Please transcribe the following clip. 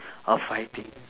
orh fighting